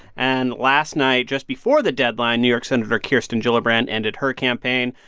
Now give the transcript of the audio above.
and last night, just before the deadline, new york senator kirsten gillibrand ended her campaign.